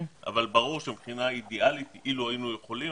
אבל ברור שמבחינה אידיאלית אילו היינו יכולים,